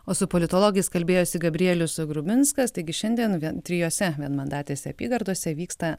o su politologais kalbėjosi gabrielius grubinskas taigi šiandien vien trijose vienmandatėse apygardose vyksta